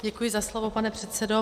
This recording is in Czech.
Děkuji za slovo, pane předsedo.